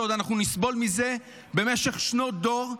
שאנחנו עוד נסבול מזה במשך שנות דור,